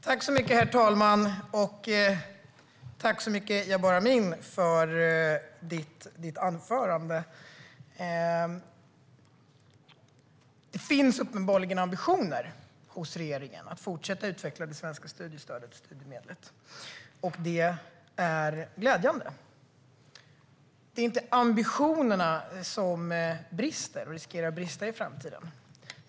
Herr talman! Tack så mycket för ditt anförande, Jabar Amin! Det finns uppenbarligen ambitioner hos regeringen att fortsätta att utveckla det svenska studiestödet och studiemedlet. Det är glädjande. Det är inte ambitionerna som brister och riskerar att brista i framtiden.